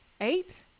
Eight